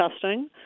testing